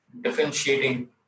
differentiating